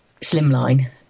slimline